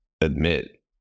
admit